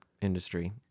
industry